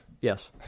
Yes